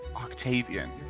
Octavian